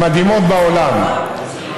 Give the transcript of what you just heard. המדהימות בעולם,